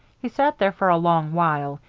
he sat there for a long while,